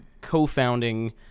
co-founding